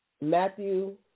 Matthew